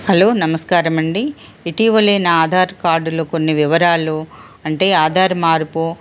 hello నమస్కారమండి ఇటీవలే నా ఆధార్ కార్డులో కొన్ని వివరాలు అంటే ఆధార్ మార్పు